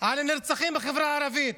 על הנרצחים בחברה הערבית,